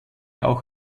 auch